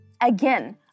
Again